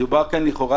מדובר כאן לכאורה,